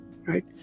right